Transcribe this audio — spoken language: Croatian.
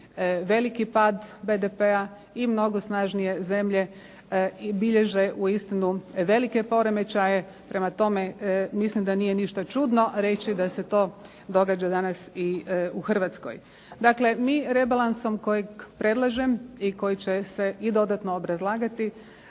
veliki pad BDP-a i mnogo snažnije zemlje bilježe uistinu velike poremećaje. Prema tome, mislim da nije ništa čudno reći da se to događa danas i u Hrvatskoj. Dakle, mi rebalansom kojeg predlažem i koji će se i dodatno obrazlagati